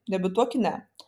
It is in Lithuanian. debiutuok kine